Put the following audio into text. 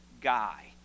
guy